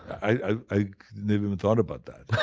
i've never even thought about that.